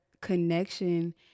connection